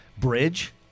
bridge